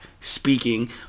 Speaking